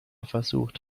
versucht